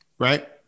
Right